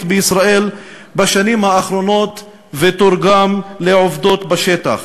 בישראל בשנים האחרונות ותורגם לעובדות בשטח.